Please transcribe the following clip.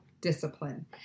discipline